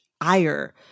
ire